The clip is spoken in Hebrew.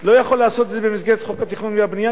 לא יכול לעשות את זה במסגרת חוק התכנון והבנייה,